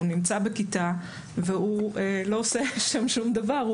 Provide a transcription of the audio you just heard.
הוא נמצא בכיתה והוא לא עושה שם שום דבר,